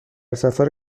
سفر